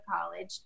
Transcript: college